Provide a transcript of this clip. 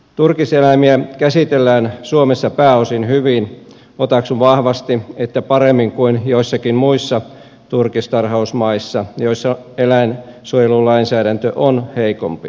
turkiseläimiä käsitellään suomessa pääosin hyvin otaksun vahvasti että paremmin kuin joissakin muissa turkistarhausmaissa joissa eläinsuojelulainsäädäntö on heikompi